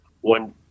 one